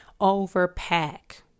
Overpack